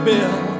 Bill